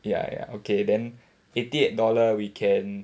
ya ya okay then eighty-eight dollar we can